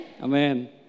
Amen